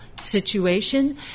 situation